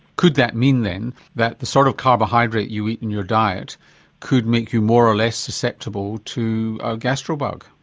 could that mean then that the sort of carbohydrate you eat in your diet could make you more or less susceptible to a gastro bug?